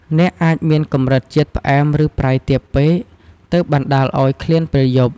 អ្នកអាចមានកម្រិតជាតិផ្អែមឬប្រៃទាបពេក ទើបបណ្តាលអោយឃ្លានពេលយប់។